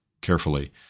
carefully